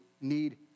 need